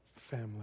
family